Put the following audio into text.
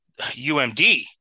UMD